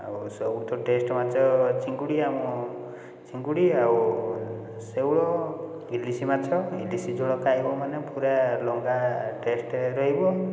ଆଉ ସବୁଠୁ ଟେଷ୍ଟ ମାଛ ଚିଙ୍ଗୁଡ଼ି ଆମ ଚିଙ୍ଗୁଡ଼ି ଆଉ ଶେଉଳ ଇଲିଶି ମାଛ ଇଲିଶି ଝୋଳ ଖାଇବ ମାନେ ପୁରା ଲଂଘା ଟେଷ୍ଟ ହୋଇ ରହିବ